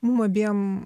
mum abiem